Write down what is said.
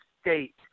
State